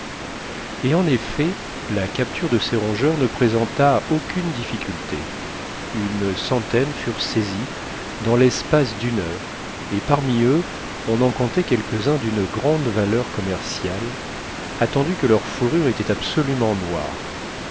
et en effet la capture de ces rongeurs ne présenta aucune difficulté une centaine furent saisis dans l'espace d'une heure et parmi eux on en comptait quelques-uns d'une grande valeur commerciale attendu que leur fourrure était absolument noire